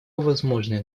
возможное